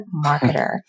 marketer